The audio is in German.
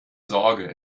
sorge